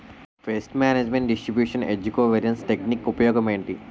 paste management distribution ఏజ్జి కో variance technique ఉపయోగం ఏంటి